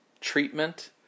treatment